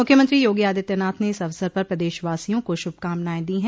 मुख्यमंत्री योगी आदित्यनाथ ने इस अवसर पर प्रदेशवासियों को श्रभकामनाएं दी हैं